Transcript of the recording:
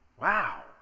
Wow